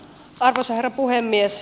arvoisa herra puhemies